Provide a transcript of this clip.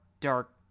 dark